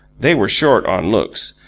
they were short on looks,